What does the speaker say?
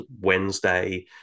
Wednesday